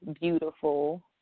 beautiful